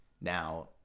Now